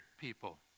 people